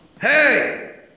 Hey